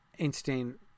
Einstein